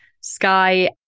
Sky